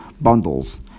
bundles